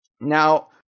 Now